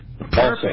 Perfect